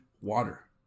water